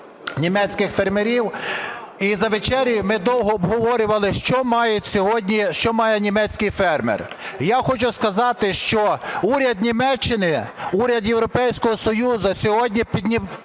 німецьких фермерів, і за вечерею ми довго обговорювали, що має німецький фермер. Я хочу сказати, що уряд Німеччини, уряд Європейського Союзу сьогодні підтримує